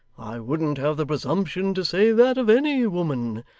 i wouldn't have the presumption to say that of any woman.